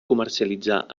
comercialitzar